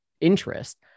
interest